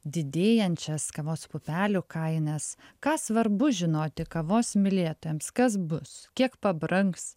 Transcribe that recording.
didėjančias kavos pupelių kainas ką svarbu žinoti kavos mylėtojams kas bus kiek pabrangs